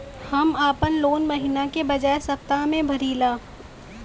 हम आपन लोन महिना के बजाय सप्ताह में भरीला